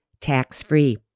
tax-free